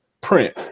print